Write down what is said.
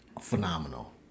phenomenal